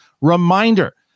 reminder